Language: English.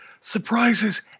surprises